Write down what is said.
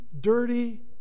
dirty